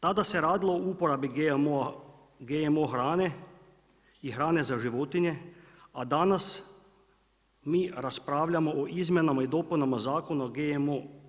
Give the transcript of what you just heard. Tada se radilo o uporabi GMO hrane i hrane za životinje a danas mi raspravljamo o Izmjenama i dopunama Zakona o GMO.